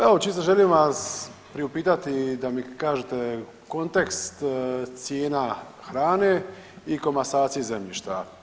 Evo čisto želim vas priupitati da mi kažete kontekst cijena hrane i komasacije zemljišta.